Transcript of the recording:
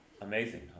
Amazing